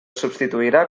substituirà